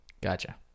Gotcha